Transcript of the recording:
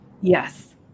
Yes